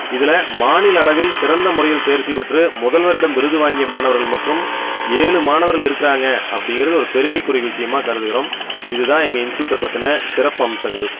இதில் மாநில அளவில் சிறந்த முறையில் தேர்ச்சி பெற்று முதல்வரிடம் விருது வாங்கிய மாணவர்கள் மற்றும் ஏழு மாணவர்கள் இருக்கிறாங்க அப்படிங்கிறது ஒரு பெருமை கூறிய விஷயமா கருதுகிறோம் இது தான் எங்கள் இன்ஸ்ட்யூட்ட பற்றின சிறப்பம்சங்கள்